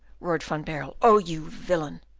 roared van baerle. oh, you villain!